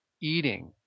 eating